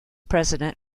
president